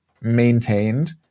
maintained